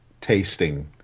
tasting